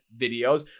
videos